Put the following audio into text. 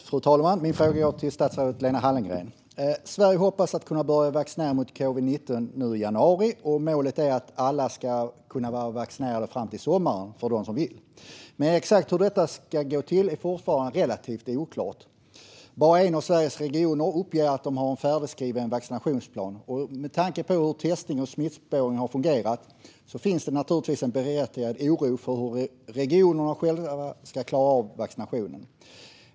Fru talman! Min fråga går till statsrådet Lena Hallengren. Sverige hoppas kunna börja vaccinera mot covid-19 nu i januari. Målet är att alla som vill ska kunna vara vaccinerade fram till sommaren. Men exakt hur detta ska gå till är fortfarande relativt oklart. Bara en av Sveriges regioner uppger att de har en färdigskriven vaccinationsplan. Med tanke på hur testning och smittspårning har fungerat finns det naturligtvis en berättigad oro för hur regionerna själva ska klara av vaccinationen.